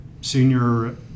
senior